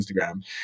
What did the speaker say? Instagram